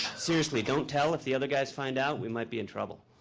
seriously, don't tell. if the other guys find out, we might be in trouble.